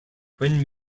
when